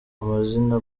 amazina